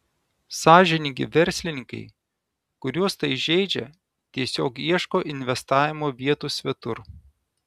sąžiningi verslininkai kuriuos tai žeidžia tiesiog ieško investavimo vietų svetur